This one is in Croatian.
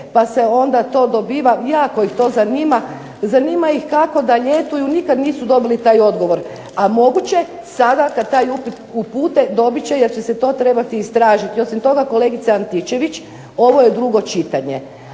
pa se onda to dobiva, jako ih to zanima, zanima ih kako da ljetuju, nikad nisu dobili taj odgovor, a moguće sada kad taj upit upute dobit će, jer će se to trebati istražiti. Osim toga kolegice Antičević ovo je drugo čitanje,